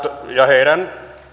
heidän